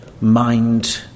mind